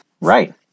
Right